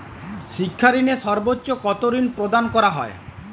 শিক্ষা ঋণে সর্বোচ্চ কতো ঋণ প্রদান করা হয়?